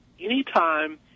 Anytime